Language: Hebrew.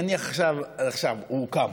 נניח עכשיו הוא קם,